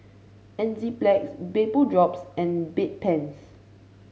Enzyplex Vapodrops and Bedpans